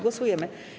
Głosujemy.